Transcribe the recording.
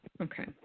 Okay